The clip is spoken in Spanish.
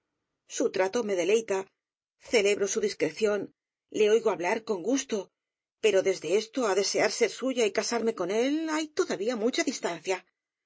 su trato me deleita celebro su discreción le oigo hablar con gusto pero desde esto á desear ser suya y casarme con él hay todavía mucha distancia